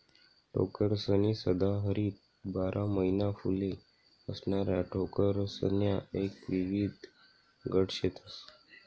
टोकरसनी सदाहरित बारा महिना फुले असणाऱ्या टोकरसण्या एक विविध गट शेतस